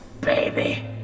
baby